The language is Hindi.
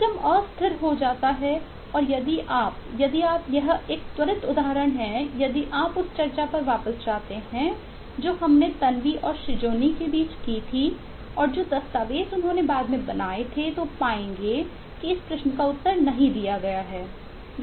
सिस्टम अस्थिर हो जाता है और यदि आप यदि आप यह एक त्वरित उदाहरण हैं यदि आप उस चर्चा पर वापस जाते हैं जो हमने तन्वी और श्रीजोनी के बीच की थी और जो दस्तावेज़ उन्होंने बाद में बनाए थे तो पाएंगे कि इस प्रश्न का उत्तर नहीं दिया गया है